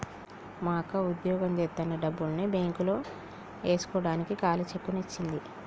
మా అక్క వుద్యోగం జేత్తన్న డబ్బుల్ని బ్యేంకులో యేస్కోడానికి ఖాళీ చెక్కుని ఇచ్చింది